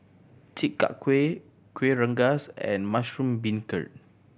Chi Kak Kuih Kuih Rengas and mushroom beancurd